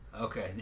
Okay